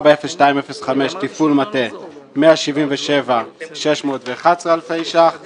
240205 - תפעול מטה, 177,611 אלפי שקלים חדשים,